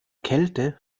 kälte